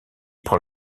prend